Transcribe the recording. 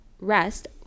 rest